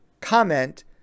comment